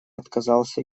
отказался